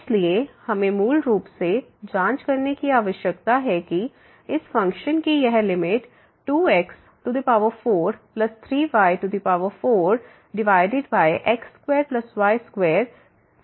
इसलिए हमें मूल रूप से जांच करने की आवश्यकता है कि इस फ़ंक्शन की यह लिमिट 2x43y4x2y2 0 के बराबर है